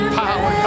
power